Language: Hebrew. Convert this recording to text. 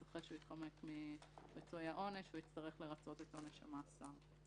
אחרי שהוא התחמק מריצוי העונש הוא יצטרך לרצות את עונש המאסר.